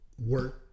work